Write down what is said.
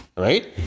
right